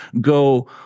go